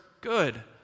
good